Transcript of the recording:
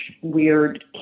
weird